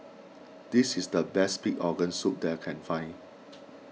this is the best Pig Organ Soup that I can find